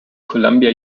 columbia